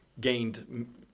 gained